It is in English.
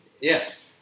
Yes